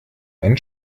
einen